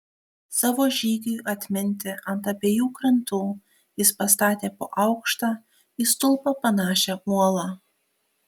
savo žygiui atminti ant abiejų krantų jis pastatė po aukštą į stulpą panašią uolą